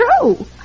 true